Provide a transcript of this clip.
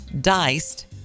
diced